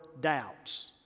doubts